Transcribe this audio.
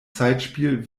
zeitspiel